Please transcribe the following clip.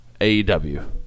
AEW